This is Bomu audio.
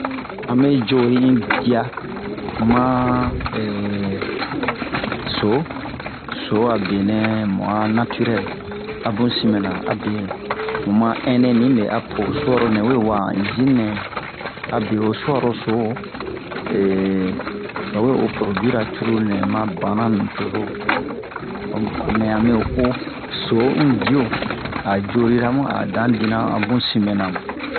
amɛ jori in dia man so so a benɛ mu a natirɛl abu sin mɛna abe muma ɛnɛni mɛ apo ho su'aro nɛ we wa'a han izini-nɛ abe ho su'aro so ɓa we o poroduwi-ra curulu nɛma bana nucozo um mɛ ame o so un diyo a jorira mu a dan dira a bu sin mɛna